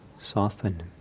soften